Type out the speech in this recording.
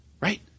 Right